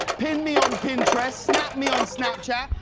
pin me on pinterest. snap me on snapchat,